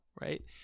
right